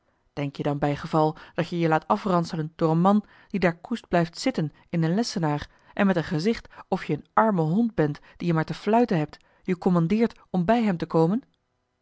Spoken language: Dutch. en beven denk-je dan bijgeval dat je je laat afranselen door een man die daar koest blijft zitten in een lessenaar en met een gezicht of je een arme hond bent dien je maar te fluiten hebt je commandeert om bij hem te komen